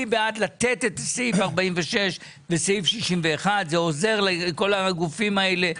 אני בעד לתת אישור לפי סעיף 46 ולפי סעיף 61. זה עוזר לכל הגופים האלה,